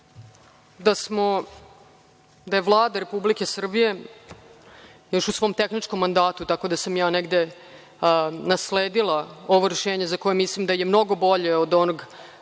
da je Vlada Republike Srbije, još u svom tehničkom mandatu, tako da sam ja negde nasledila ovo rešenje za koje mislim da je mnogo bolje od onog